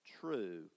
true